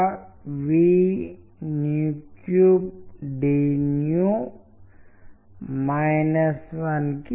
అవి చిత్రాలు కానప్పటికీ టైపోగ్రఫీ చిత్రాలతో అనుబంధించబడిన వేరొక రకమైన అర్థాన్ని తెలియజేయగలుగుతుంది